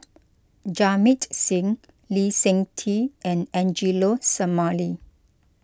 Jamit Singh Lee Seng Tee and Angelo Sanelli